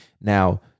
Now